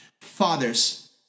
Fathers